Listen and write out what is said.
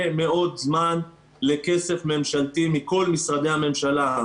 מאוד זמן לכסף ממשלתי מכל משרדי הממשלה.